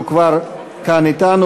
שהוא כבר כאן אתנו,